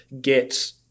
get